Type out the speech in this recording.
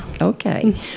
Okay